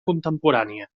contemporània